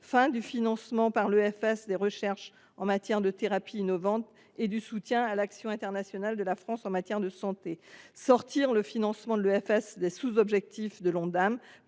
fin du financement par l’EFS des recherches en matière de thérapies innovantes comme du soutien à l’action internationale de la France en matière de santé. Sortir le financement de l’EFS du sous objectif de l’Ondam